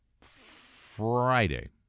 Friday